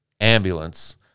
ambulance